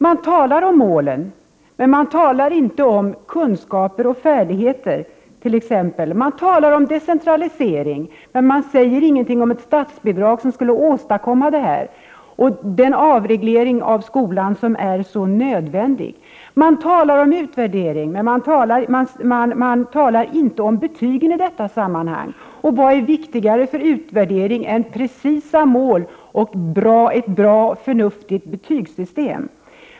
Man talar om målen, men man talar t.ex. inte om kunskaper och färdigheter. Man talar om decentralisering men säger inte någonting om ett statsbidrag som skulle åstadkomma en sådan och leda fram till den avreglering av skolan som är så nödvändig. Man talar om utvärdering, men talar inte om betygen i detta sammanhang. Och vad är viktigare för utvärdering än precisa mål och ett förnuftigt betygssystem.